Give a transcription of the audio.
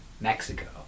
Mexico